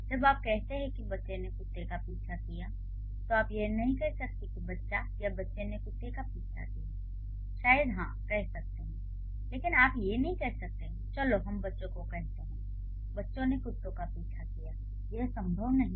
जब आप कहते हैं कि बच्चे ने कुत्ते का पीछा किया तो आप यह नहीं कह सकते कि बच्चा या बच्चे ने कुत्तों का पीछा किया शायद हाँ कह सकते है लेकिन आप यह नहीं कह सकते चलो हम "बच्चों" कहते है बच्चों ने कुत्तों का पीछा किया यह संभव नहीं है